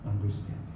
understanding